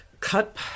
cut